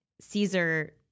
Caesar